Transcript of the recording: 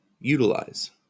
utilize